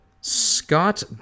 Scott